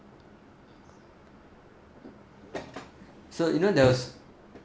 so you know there's